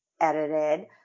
edited